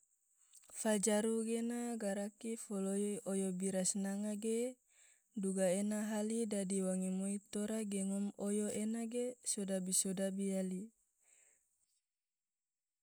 fajaru gena garaki foloi oyo bira sinanga ge, duga ena hali dadi wange moi tora ge ngom oyo ena ge sodabi sodabi yali.